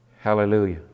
Hallelujah